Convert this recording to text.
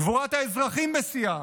גבורת האזרחים בשיאה,